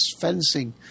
fencing